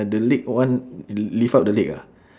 the leg one lift up the leg ah